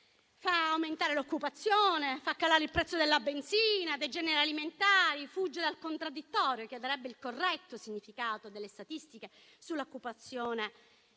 fa aumentare l'occupazione, fa calare il prezzo della benzina, dei generi alimentari, fugge dal contraddittorio che darebbe il corretto significato delle statistiche sull'occupazione